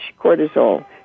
cortisol